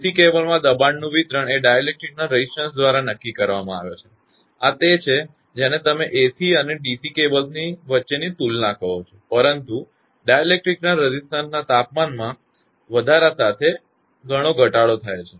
DC કેબલ્સમાં દબાણનું વિતરણ એ ડાઇલેક્ટ્રિકના રેઝિસ્ટન્સ દ્વારા નક્કી કરવામાં આવે છે આ તે છે જેને તમે એસી અને ડીસી કેબલ્સ વચ્ચેની તુલના કહો છો પરંતુ ડાઇલેક્ટ્રિકના રેઝિસ્ટન્સમાં તાપમાનમાં વધારા સાથે ઘણો બધો ઘટાડો થાય છે